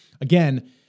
again